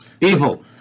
Evil